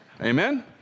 Amen